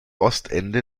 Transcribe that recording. ostende